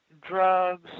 drugs